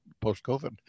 post-COVID